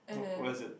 wh~ where is it